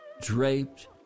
draped